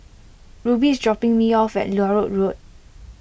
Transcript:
Rubie is dropping me off at Larut Road